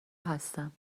هستم